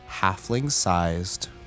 halfling-sized